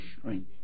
strength